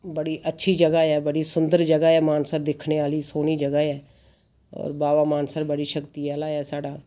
बड़ी अच्छी जगहा ऐ सुंदर जगहा ऐ मानसर दिक्खने आह्ली सोह्ली जगहा ऐ बाबा मानसर बड़ी शक्ति आह्ला ऐ साढ़ा